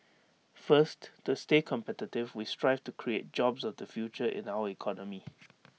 first to stay competitive we strive to create jobs of the future in our economy